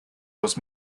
los